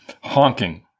honking